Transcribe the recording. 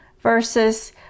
versus